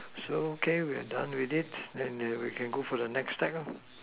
so okay we are done with it we can go for the next deck